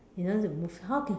in order to move how can